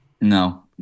No